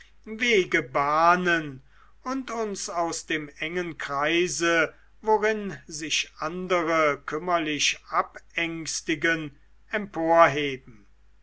wege bahnen und uns aus dem engen kreise worin sich andere kümmerlich